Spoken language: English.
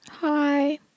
Hi